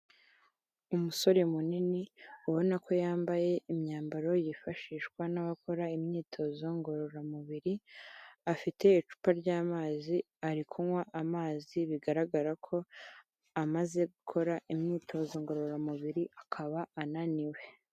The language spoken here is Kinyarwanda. Umusore munini ubona ko yambaye imyambaro yifashishwa n'abakora imyitozo ngororamubiri, afite icupa ry'amazi ari kunywa amazi bigaragara ko amaze gukora imyitozo ngororamubiri akaba ananiwe.